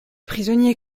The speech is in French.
prisonnier